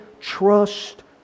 Trust